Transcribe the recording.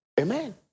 Amen